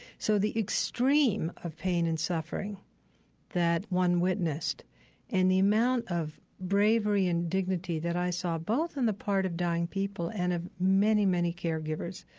so the extreme of pain and suffering that one witnessed and the amount of bravery and dignity that i saw both on the part of dying people and of many, many caregivers,